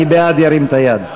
מי בעד, ירים את היד.